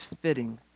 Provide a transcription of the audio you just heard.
fitting